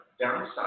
Downside